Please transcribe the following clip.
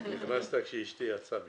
נכנסת כשאשתי יצאה משם.